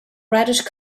reddish